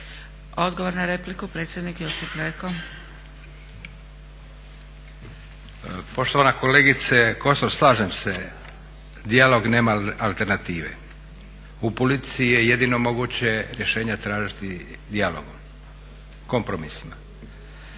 Odgovor na repliku, predsjednik Josip Leko. **Leko, Josip (SDP)** Poštovana kolegice Kosor, slažem se, dijalog nema alternative. U politici je jedino moguće rješenja tražiti dijalogom, kompromisima